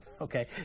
Okay